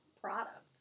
product